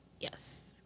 yes